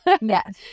Yes